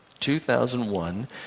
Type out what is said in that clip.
2001